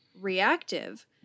reactive